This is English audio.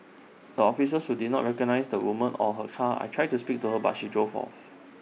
the officers who did not recognise the woman or her car I tried to speak to her but she drove off